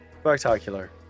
Spectacular